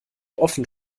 offen